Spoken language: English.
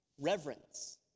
Reverence